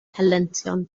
helyntion